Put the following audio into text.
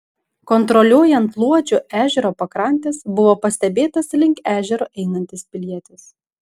kontroliuojant luodžio ežero pakrantes buvo pastebėtas link ežero einantis pilietis